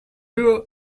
you